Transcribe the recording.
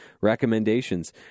recommendations